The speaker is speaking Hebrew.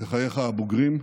בחייך הבוגרים,